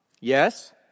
Yes